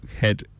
head